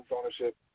ownership